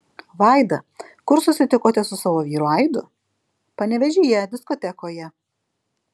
vaida kur susitikote su savo vyru aidu panevėžyje diskotekoje